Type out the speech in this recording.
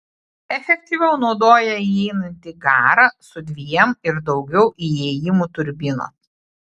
efektyviau naudoja įeinantį garą su dviem ir daugiau įėjimų turbinos